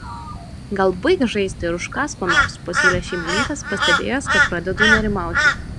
gal baik žaisti ir užkąsk ko nors pasiūlė šeimininkas pastebėjęs kad pradedu nerimauti